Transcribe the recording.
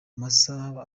masaka